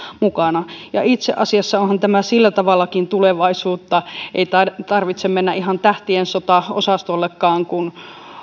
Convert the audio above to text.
mukana ja itse asiassa onhan tämä silläkin tavalla tulevaisuutta että ei tarvitse mennä ihan tähtien sota osastollekaan kun